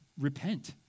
Repent